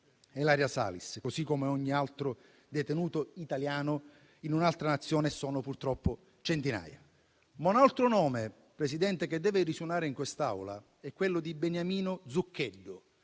Ilaria Salis, così come per ogni altro detenuto italiano in un'altra Nazione, e sono purtroppo centinaia. Un altro nome che deve risuonare in quest'Aula è quello di Beniamino Zuncheddu,